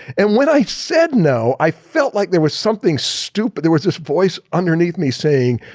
and when i said no, i felt like there was something stupid. there was this voice underneath me saying